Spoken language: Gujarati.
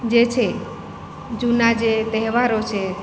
જે છે જૂના જે તહેવારો છે